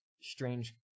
strange